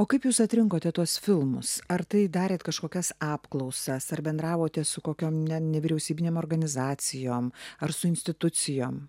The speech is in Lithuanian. o kaip jūs atrinkote tuos filmus ar tai darėte kažkokias apklausas ar bendravote su kokiom nevyriausybinėm organizacijom ar su institucijom